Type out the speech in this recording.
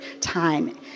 time